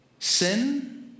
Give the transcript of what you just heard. sin